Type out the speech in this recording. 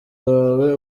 wawe